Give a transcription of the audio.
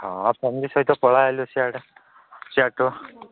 ହଁ ଫ୍ୟାମିଲି ସହିତ ପଳାଇ ଆଇଲୁ ସିଆଡ଼େ ସିଆଡ଼ୁ